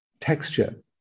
texture